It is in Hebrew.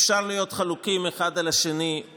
אפשר להיות חלוקים אחד על השני,